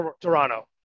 Toronto